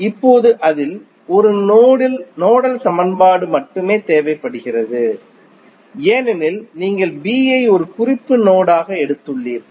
இப்போது அதில் ஒரு நோடல் சமன்பாடு மட்டுமே தேவைப்படுகிறது ஏனெனில் நீங்கள் B ஐ ஒரு குறிப்பு நோடு ஆக எடுத்துள்ளீர்கள்